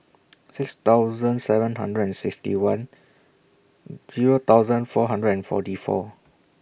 six thousand seven hundred and sixty one Zero thousand four hundred and forty four